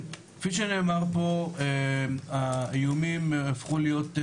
כפי שנאמר פה האיומים הפכו להיות,